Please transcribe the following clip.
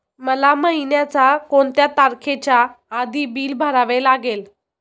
मला महिन्याचा कोणत्या तारखेच्या आधी बिल भरावे लागेल?